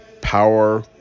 power